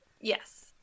Yes